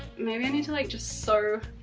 maybe i need to like, just sew